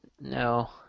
No